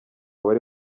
bari